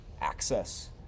access